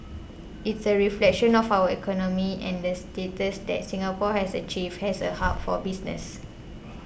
it is a reflection of our economy and the status that Singapore has achieved as a hub for business